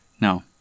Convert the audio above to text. No